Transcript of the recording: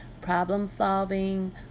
problem-solving